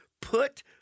Put